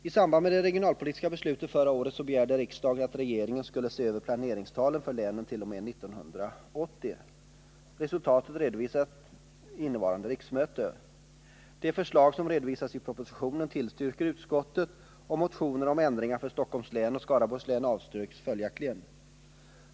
I samband med det regionalpolitiska beslutet förra året begärde riksdagen att regeringen skulle se över planeringstalen för länen t.o.m. 1985. Resultatet skulle redovisas innevarande riksmöte. De förslag som redovisas i propositionen tillstyrker utskottet, och motioner om ändringar för Stockholms län och Skaraborgs län avstyrks följaktligen.